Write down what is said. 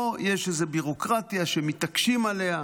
פה יש איזו ביורוקרטיה שמתעקשים עליה.